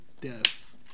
death